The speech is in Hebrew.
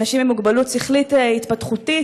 אנשים עם מוגבלות שכלית התפתחותית.